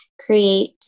create